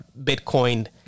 Bitcoin